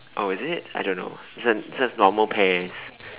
oh is it I don't know this one this one's normal pears